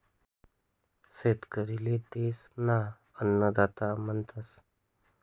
शेतकरी ले देश ना अन्नदाता म्हणतस